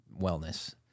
wellness